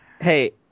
Hey